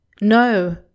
No